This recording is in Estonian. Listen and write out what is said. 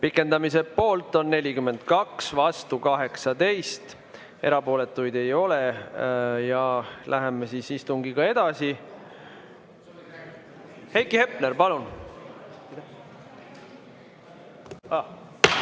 Pikendamise poolt on 42, vastu 18, erapooletuid ei ole. Ja läheme istungiga edasi. Heiki Hepner, palun!